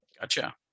Gotcha